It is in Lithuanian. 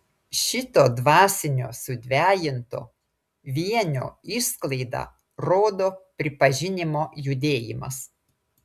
šito dvasinio sudvejinto vienio išsklaidą rodo pripažinimo judėjimas